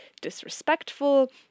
disrespectful